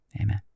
Amen